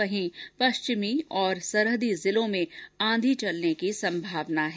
वहीं पश्चिमी और सरहदी जिलों में आंधी चलने की संभावना है